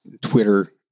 Twitter